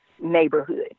neighborhood